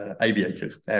aviators